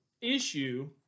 issue